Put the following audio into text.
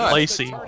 Lacey